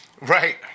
Right